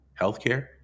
healthcare